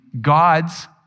God's